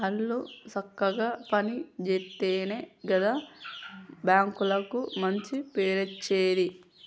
ఆళ్లు సక్కగ పని జేత్తెనే గదా బాంకులకు మంచి పేరచ్చేది